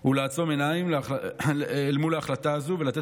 הוא לעצום עיניים אל מול ההחלטה הזו ולתת